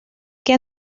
què